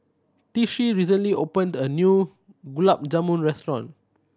Tishie recently opened a new Gulab Jamun restaurant